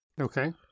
Okay